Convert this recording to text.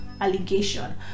allegation